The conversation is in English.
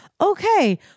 Okay